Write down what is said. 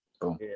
Boom